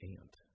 aunt